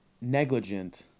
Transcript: negligent